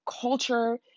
culture